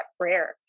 prayer